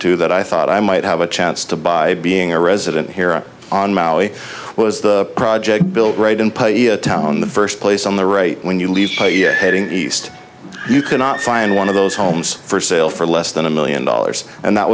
to that i thought i might have a chance to by being a resident here on maui was the project built right in piii a town the first place on the right when you leave heading east you cannot find one of those homes for sale for less than a million dollars and that